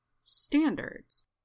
standards